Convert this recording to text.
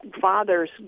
father's